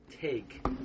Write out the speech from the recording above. take